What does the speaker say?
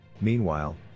Meanwhile